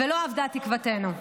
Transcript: ולא אבדה תקוותנו.